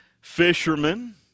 fishermen